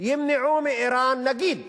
ימנעו מאירן, נגיד,